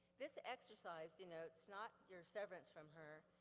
this exercise denotes not your severance from her,